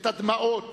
את הדמעות